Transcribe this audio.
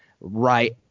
right